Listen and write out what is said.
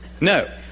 No